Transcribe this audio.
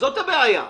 זאת הבעיה.